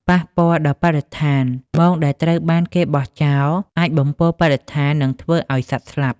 ប៉ះពាល់ដល់បរិស្ថាន មងដែលត្រូវបានគេបោះចោលអាចបំពុលបរិស្ថាននិងធ្វើឲ្យសត្វស្លាប់។